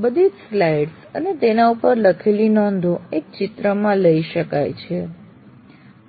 બધી જ સ્લાઇડ્સ અને તેની ઉપર લખેલી નોંધો એક ચિત્રમાં લઇ શકાય છે